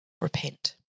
Repent